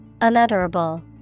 unutterable